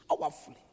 powerfully